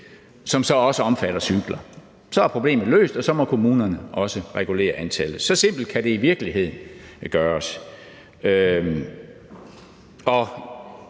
som så også omfatter cykler. Så er problemet løst, og så må kommunerne også regulere antallet. Så simpelt kan det i virkeligheden gøres.